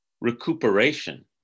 recuperation